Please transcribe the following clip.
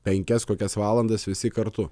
penkias kokias valandas visi kartu